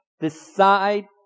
decide